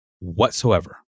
whatsoever